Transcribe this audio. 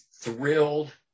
thrilled